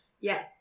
Yes